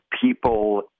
people